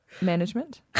management